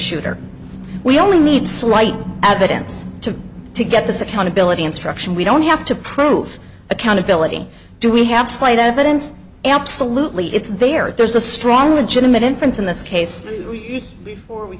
shooter we only need slight advents to to get this accountability instruction we don't have to prove accountability do we have slight evidence absolutely it's there there's a stronger gentleman in france in this case b